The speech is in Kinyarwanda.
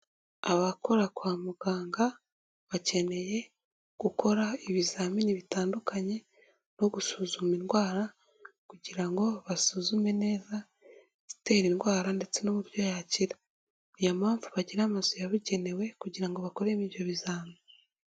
Abakora kwa muganga bakeneye gukora ibizamini bitandukanye byo gusuzuma indwara kugira ngo basuzume neza igitera indwara ndetse n'uburyo yakira, ni iyo mpamvu bagira amazu yabugenewe kugira ngo bakore ibyo bizami.